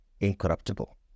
incorruptible